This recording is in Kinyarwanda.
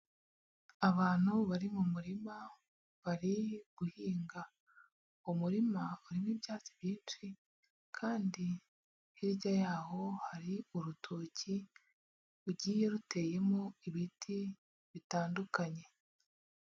Abantu bari mu murima bari guhinga, umurima urimo ibyatsi byinshi kandi hirya y'aho hari urutoki rugiye ruteyemo ibiti bitandukanye.